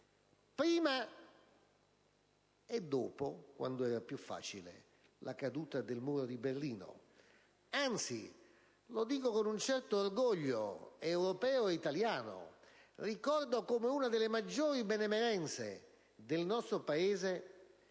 prima e dopo, quando era più facile, la caduta del Muro di Berlino. Anzi, lo dico con un certo orgoglio europeo e italiano. Ricordo come una delle maggiori benemerenze del nostro Paese